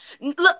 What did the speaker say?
look